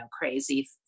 crazy